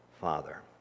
Father